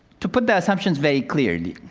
to put the assumptions very clearly